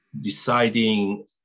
deciding